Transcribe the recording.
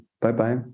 bye-bye